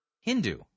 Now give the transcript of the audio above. Hindu